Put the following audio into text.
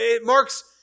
marks